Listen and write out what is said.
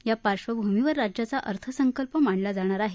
या पार्श्वभूमीवर राज्याचा अर्थसंकल्प मांडला जाणार आहे